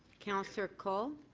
councillor colle.